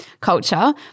culture